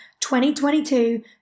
2022